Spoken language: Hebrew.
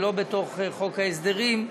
ולא בתוך חוק ההסדרים,